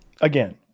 Again